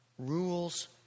Rules